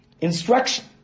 instruction